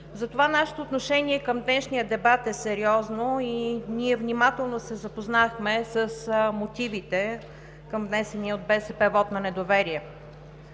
затова нашето отношение към днешния дебат е сериозно. Ние внимателно се запознахме с мотивите към внесения от БСП вот на недоверие.